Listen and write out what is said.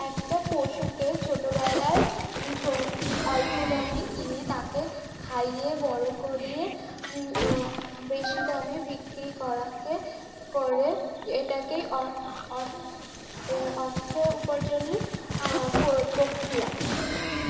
একটা পশুকে ছোটোবেলায় অল্প দামে কিনে তাকে খাইয়ে বড়ো করিয়ে বেশি দামে বিক্রি করাকে করে এটাকেই অ অ অর্থ উপার্জনের প্রক্রিয়া